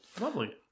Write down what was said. Lovely